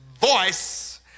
voice